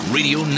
Radio